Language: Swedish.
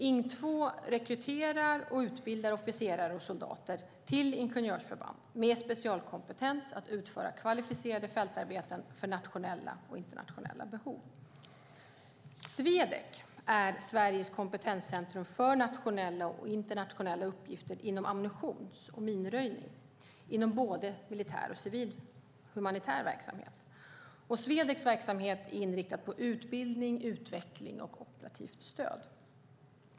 Ing 2 rekryterar och utbildar officerare och soldater till ingenjörsförband med specialkompetens att utföra kvalificerade fältarbeten för nationella och internationella behov. Swedec är Sveriges kompetenscentrum för nationella och internationella uppgifter inom ammunitions och minröjning inom både militär och civil humanitär verksamhet. Swedecs verksamhet är inriktad på utbildning, utveckling och operativt stöd.